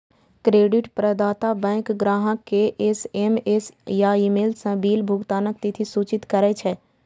credit प्रदाता bank ग्राहक कें एस.एम.एस या ईमेल सं बिल भुगतानक तिथि सूचित करै छै